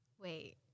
wait